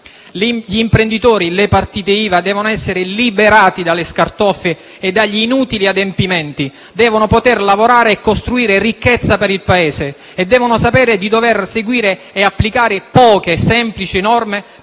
Gli imprenditori e le partite IVA devono essere liberati dalle scartoffie e dagli inutili adempimenti. Devono poter lavorare e costruire ricchezza per il Paese e devono sapere di dover seguire e applicare poche semplici norme